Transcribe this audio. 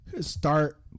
start